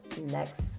next